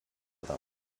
them